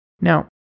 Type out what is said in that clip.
Now